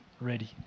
ready